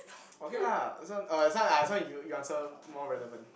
okay lah this this one er this one ah this one you you answer more relevant